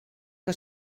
que